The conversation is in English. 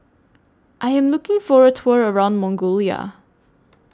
I Am looking For A Tour around Mongolia